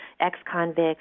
ex-convicts